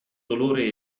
dolore